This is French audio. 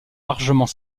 largement